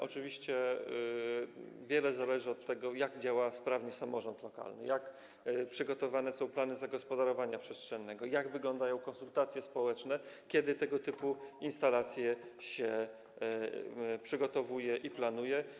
Oczywiście wiele zależy od tego, jak sprawnie działa samorząd lokalny, jak przygotowane są plany zagospodarowania przestrzennego, jak wyglądają konsultacje społeczne, kiedy tego typu instalacje się przygotowuje i planuje.